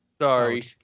Sorry